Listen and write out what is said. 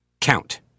count